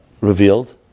revealed